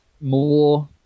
more